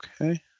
Okay